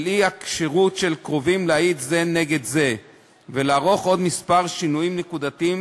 אי-כשרות של קרובים להעיד זה נגד זה ולערוך עוד כמה שינויים נקודתיים